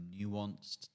nuanced